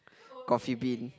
Coffee Bean